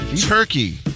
Turkey